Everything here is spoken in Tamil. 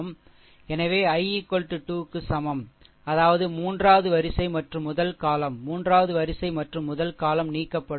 எனவே i2 க்கு சமம் அதாவது மூன்றாவது வரிசை மற்றும் முதல் column மூன்றாவது வரிசை மற்றும் முதல் column நீக்கப்படும்